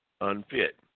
unfit